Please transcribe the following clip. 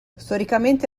storicamente